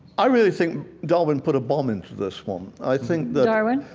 i really think darwin put a bomb into this one. i think that, darwin?